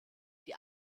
die